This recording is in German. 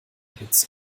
hitze